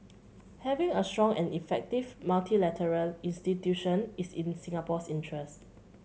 having a strong and effective multilateral institution is in Singapore's interest